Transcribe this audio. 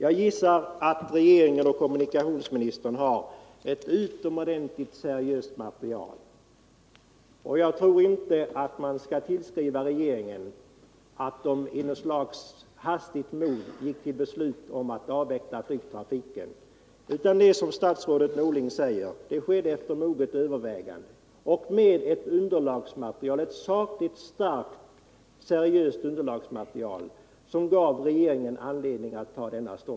Jag gissar att regeringen och kommunikationsministern har ett utomordentligt seriöst material, och jag tror inte man skall utgå från att regeringen i hastigt mod gick till beslut om att avveckla flygtrafiken på Bromma. Nej, det är som herr Norling säger, att regeringens ståndpunkts tagande skedde efter moget övervägande och med ett sakligt starkt se Nr 128 riöst material som underlag.